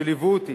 שליוו אותי,